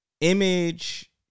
image